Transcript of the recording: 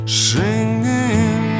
singing